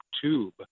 tube